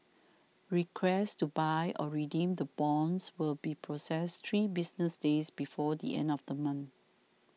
requests to buy or redeem the bonds will be processed three business days before the end of the month